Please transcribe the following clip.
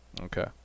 Okay